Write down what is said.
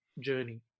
journey